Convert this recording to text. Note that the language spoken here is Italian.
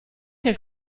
che